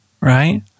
right